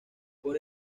por